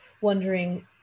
wondering